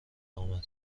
امدبه